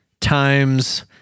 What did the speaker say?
times